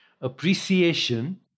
Appreciation